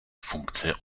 funkce